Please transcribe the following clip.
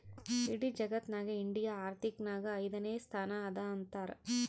ಇಡಿ ಜಗತ್ನಾಗೆ ಇಂಡಿಯಾ ಆರ್ಥಿಕ್ ನಾಗ್ ಐಯ್ದನೇ ಸ್ಥಾನ ಅದಾ ಅಂತಾರ್